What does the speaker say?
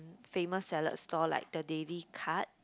famous salad store like the Daily Cut